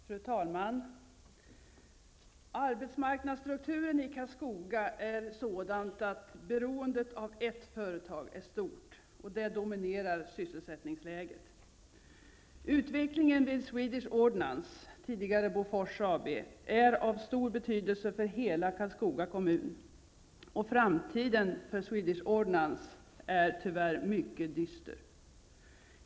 Fru talman! Arbetsmarknadsstrukturen i Karlskoga är sådan att beroendet av ett företag är stort, och det dominerar sysselsättningsläget. Bofors AB, är av stor betydelse för hela Karlskoga kommun, och framtiden för Swedish Ordnance är tyvärr mycket dyster.